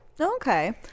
okay